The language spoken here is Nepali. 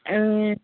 ए